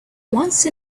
once